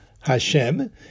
Hashem